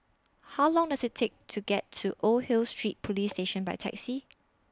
How Long Does IT Take to get to Old Hill Street Police Station By Taxi